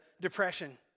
depression